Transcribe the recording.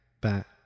back